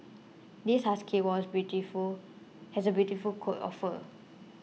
this husky was a beautiful has a beautiful coat of fur